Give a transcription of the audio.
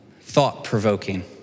thought-provoking